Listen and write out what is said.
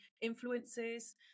influences